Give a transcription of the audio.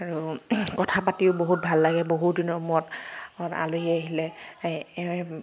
আৰু কথাপাতিও ভাল লাগে বহুদিনৰ মূৰত আলহী আহিলে